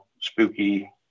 spooky